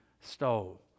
stole